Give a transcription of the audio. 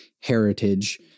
heritage